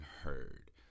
heard